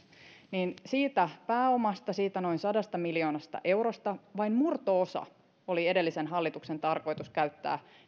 siitä pääomasta siitä noin sadasta miljoonasta eurosta vain murto osa oli edellisen hallituksen tarkoitus käyttää